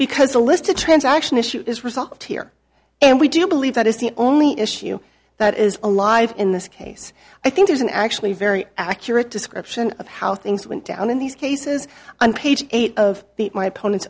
because the list a transaction issue is resolved here and we do believe that is the only issue that is alive in this case i think is an actually very accurate description of how things went down in these cases on page eight of the my opponent